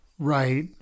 Right